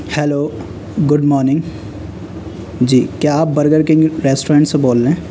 hello good morning جی کیا آپ برگر کنگ ریسٹورنٹ سے بول رہے ہیں